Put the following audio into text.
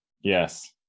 Yes